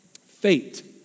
fate